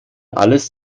alles